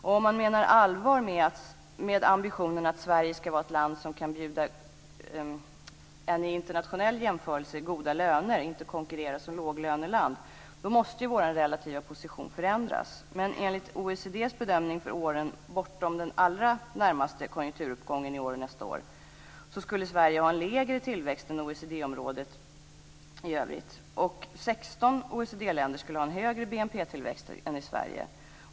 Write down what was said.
Om man menar allvar med ambitionen med att Sverige ska vara ett land som kan bjuda goda löner vid en internationell jämförelse, och inte konkurrera som låglöneland, så måste Sveriges relativa position förändras. Men enligt OECD:s bedömning för åren bortom den allra närmaste konjunkturuppgången i år och nästa år skulle Sverige ha en lägre tillväxt än OECD området i övrigt. 16 OECD-länder skulle ha en högre BNP-tillväxt än Sverige.